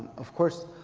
of course,